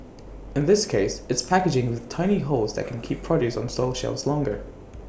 in this case it's packaging with tiny holes that can keep produce on store shelves longer